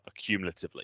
accumulatively